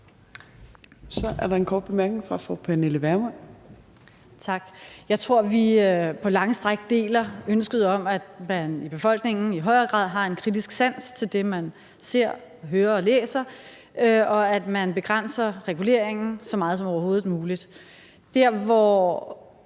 Jeg tror, at vi på lange stræk deler ønsket om, at man i befolkningen i højere grad har en kritisk sans over for det, man ser, hører og læser, og at man begrænser reguleringen så meget som overhovedet muligt. Det, der